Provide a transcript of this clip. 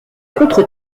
contre